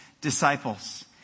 disciples